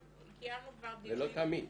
זה לא תמיד,